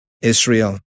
Israel